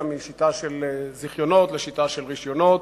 משיטה של זיכיונות לשיטה של רשיונות,